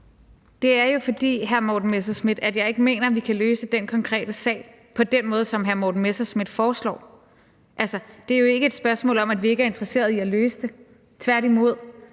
fordi jeg ikke mener, at vi kan løse den konkrete sag på den måde, som hr. Morten Messerschmidt foreslår. Altså, det er jo ikke et spørgsmål om, at vi ikke er interesseret i at løse det, tværtimod.